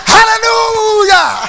Hallelujah